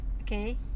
Okay